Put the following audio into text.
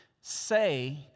say